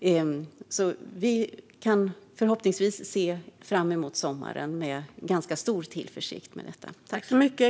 Vi kan i och med detta förhoppningsvis se fram emot sommaren med ganska stor tillförsikt.